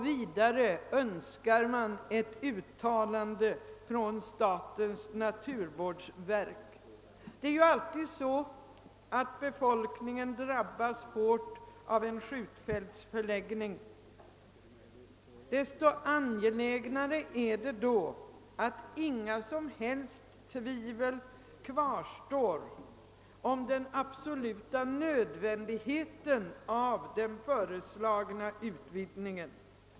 Vidare önskar motionärerna ett uttalande av statens naturvårdsverk. Vid förläggning av ett skjutfält till en ort drabbas oftast befolkningen där mycket hårt. Desto mera angeläget är det då, att inga som helst tvivel kvarstår om nödvändigheten av den föreslagna utvidgningen.